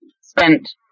spent